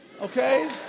okay